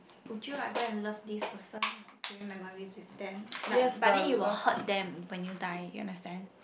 would you like go and love this person like create memories with them like but then you will hurt them when you die you understand